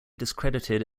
discredited